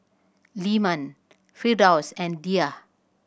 Leman Firdaus and Dhia